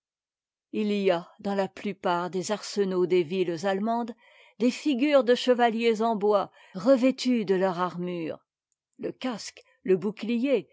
ii y a dans la plupart des arsenaux des villes allemandes des figures de chevaliers en bois peint revêtus de leur armure le casque le bouclier